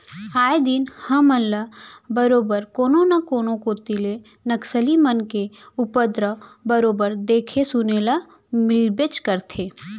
आए दिन हमन ल बरोबर कोनो न कोनो कोती ले नक्सली मन के उपदरव बरोबर देखे सुने ल मिलबेच करथे